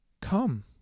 Come